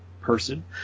person